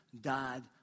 died